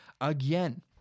again